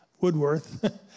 Woodworth